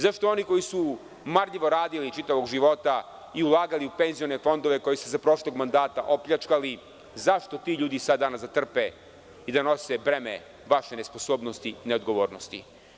Zašto oni koji su marljivo radili čitavog života i ulagali u penzione fondove, koji su za prošlog mandata opljačkani, zašto ti ljudi danas da trpe i da nose breme vaše nesposobnosti i odgovornosti?